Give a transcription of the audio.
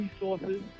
resources